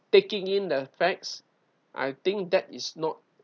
taking in the facts I think that is not